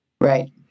Right